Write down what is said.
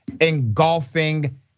engulfing